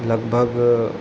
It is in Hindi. लगभग